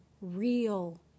real